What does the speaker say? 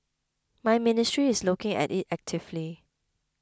my ministry is looking at it actively